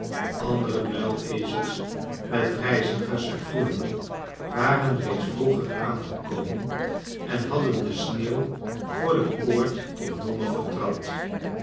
andere muilezels met reizigers en goederen waren reeds vroeger aangekomen en hadden de sneeuw voor de poort tot